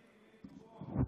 תודה רבה, אדוני היושב-ראש.